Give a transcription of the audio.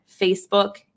Facebook